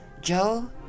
Joe